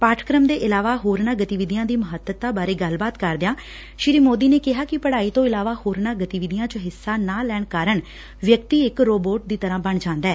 ਪਾਠਕ੍ਮ ਦੇ ਇਲਾਵਾ ਹੋਰਨਾਂ ਗਤੀਵਿਧੀਆਂ ਦੀ ਮਹੱਤਤਾ ਬਾਰੇ ਗੱਲਬਾਤ ਕਰਦਿਆਂ ਸ੍ਰੀ ਮੋਦੀ ਨੇ ਕਿਹਾ ਕਿ ਪੜੁਾਈ ਤੋਂ ਇਲਾਵਾ ਹੋਰਨਾਂ ਗਤੀਵਿਧੀਆਂ ਚ ਹਿੱਸਾ ਨਾ ਲੈਣ ਕਾਰਨ ਵਿਅਕਤੀ ਇਕ ਰੋਬੋਟ ਦੀ ਤਰਾਂ ਬਣ ਜਾਂਦੈ